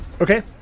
Okay